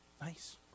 Nice